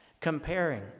comparing